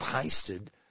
pasted